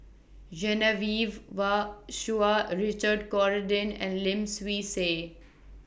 Genevieve Chua Richard Corridon and Lim Swee Say